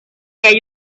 hay